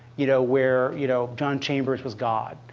you know where you know john chambers was god,